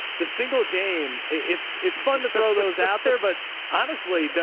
the single game, it's, it's fun to throw those out there. but honestly,